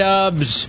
Dubs